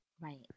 Right